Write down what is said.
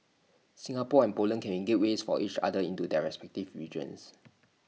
Singapore and Poland can be gateways for each other into their respective regions